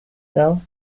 though